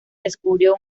descubrió